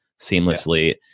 seamlessly